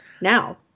Now